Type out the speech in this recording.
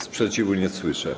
Sprzeciwu nie słyszę.